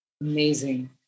Amazing